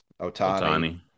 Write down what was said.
Otani